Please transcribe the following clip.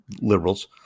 liberals